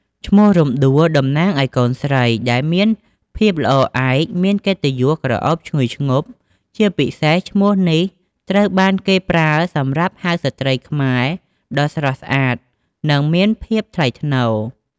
ឈ្មោះរំដួល តំណាងអោយកូនស្រី ដែលមានភាពល្អឯក មានកិត្តិយសក្រអូបឈ្ងុយឈ្ងប់ ជាពិសេសឈ្មោះនេះត្រូវបានគេប្រើសម្រាប់ហៅស្ត្រីខ្មែរដ៏ស្រស់ស្អាត និងមានភាពថ្លៃថ្នូរ។